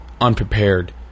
unprepared